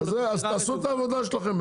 תעשו את העבודה שלכם.